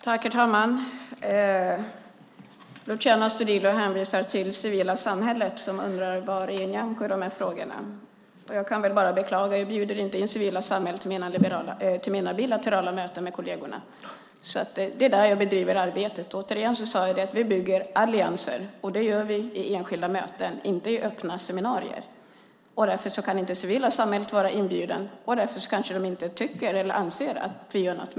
Herr talman! Luciano Astudillo säger att det civila samhället undrar var Nyamko är i de här frågorna. Jag kan bara beklaga: Jag bjuder inte in det civila samhället till mina bilaterala möten med kolleger. Det är där jag bedriver arbetet. Som jag sade bygger vi allianser, och det gör vi i enskilda möten, inte i öppna seminarier. Därför kan inte det civila samhället vara inbjudet, och därför kanske de anser att vi inte gör något.